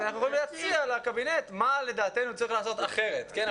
אנחנו יכולים להציע לקבינט מה לדעתנו צריך לעשות אחרת אבל